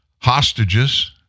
hostages